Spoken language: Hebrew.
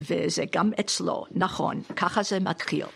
וזה גם אצלו, נכון, ככה זה מתחיל.